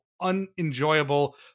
unenjoyable